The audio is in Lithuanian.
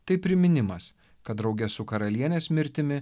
tai priminimas kad drauge su karalienės mirtimi